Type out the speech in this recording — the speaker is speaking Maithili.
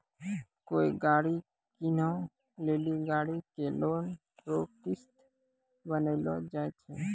कोय गाड़ी कीनै लेली गाड़ी के लोन रो किस्त बान्हलो जाय छै